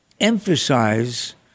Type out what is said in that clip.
emphasize